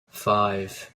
five